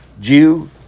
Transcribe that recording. Jew